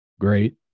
great